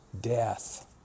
death